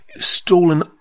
stolen